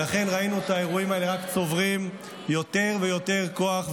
לכן ראינו את האירועים האלה רק צוברים יותר ויותר כוח,